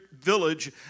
village